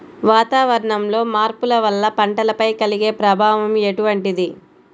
వాతావరణంలో మార్పుల వల్ల పంటలపై కలిగే ప్రభావం ఎటువంటిది?